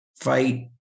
fight